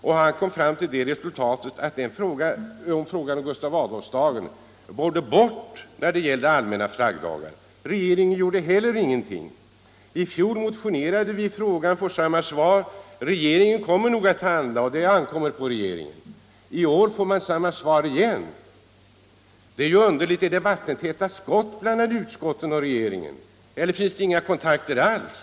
Denne kom till det resultatet att Gustav Adolfsdagen borde bort när det gällde allmänna flaggdagar, men regeringen gjorde ingenting. I fjol motionerade vi i frågan. Vi fick samma svar: Regeringen kommer nog att handla. Det ankommer på den att göra det. I år får vi samma svar igen. Det är ju underligt: är det vattentäta skott mellan utskottet och regeringen och finns det inga kontakter alls?